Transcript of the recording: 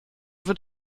wird